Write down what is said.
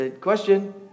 question